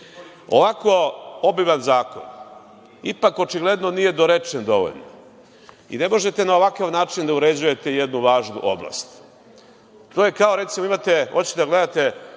obiman zakon ipak očigledno nije dorečen dovoljno i ne možete na ovakav način da uređujete jednu važnu oblast. To je kao da recimo hoćete da gledate